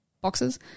boxes